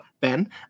Ben